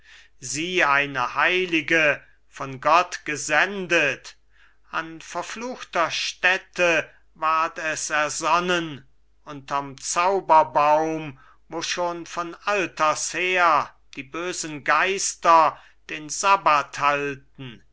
sie eine heilige von gott gesendet an verfluchter stätte ward es ersonnen unterm zauberbaum wo schon von alters her die bösen geister den sabbat halten